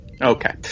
Okay